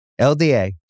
LDA